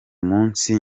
munsi